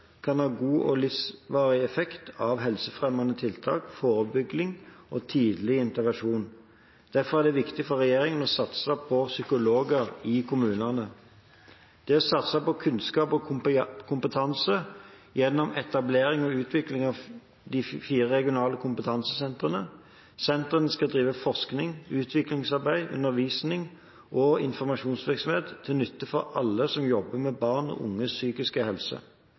kan ha god og livsvarig effekt av helsefremmende tiltak, forebygging og tidlig intervensjon. Derfor er det viktig for regjeringen å satse på psykologer i kommunene. Det er satset på kunnskap og kompetanse gjennom etablering og utvikling av fire regionale kompetansesentre. Sentrene skal drive forskning, utviklingsarbeid, undervisning og informasjonsvirksomhet til nytte for alle som jobber med barn og unges psykiske helse.